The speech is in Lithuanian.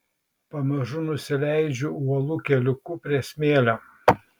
pamažu nusileidžiu uolų keliuku prie smėlio